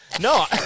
No